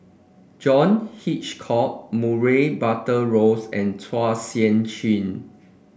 John Hitchcock Murray Buttrose and Chua Sian Chin